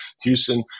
Houston –